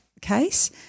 case